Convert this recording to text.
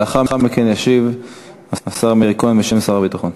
לאחר מכן ישיב השר מאיר כהן בשם שר הביטחון.